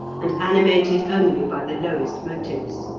and animated only by the lowest motives.